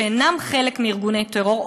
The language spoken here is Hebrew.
שאינם חלק מארגוני טרור,